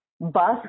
bus